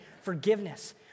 Forgiveness